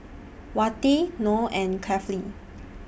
Wati Noh and Kefli